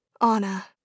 Anna